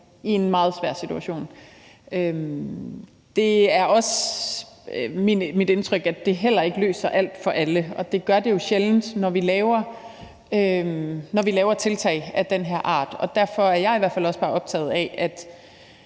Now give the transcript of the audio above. i en meget svær situation. Det er også mit indtryk, at det heller ikke løser alt for alle, og det gør det jo sjældent, når vi laver tiltag af den her art. Derfor er jeg i hvert fald også optaget af,